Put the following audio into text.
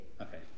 okay